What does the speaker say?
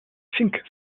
fink